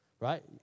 Right